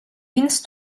vince